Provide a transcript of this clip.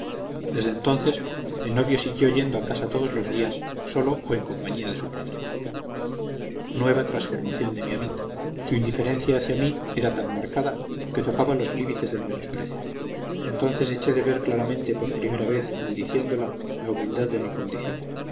desde entonces el novio siguió yendo a casa todos los días sólo o en compañía de su padre nueva transformación de mi amita su indiferencia hacia mí era tan marcada que tocaba los límites del menosprecio entonces eché de ver claramente por primera vez maldiciéndola la humildad de mi condición